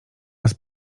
raz